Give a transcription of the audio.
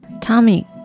Tommy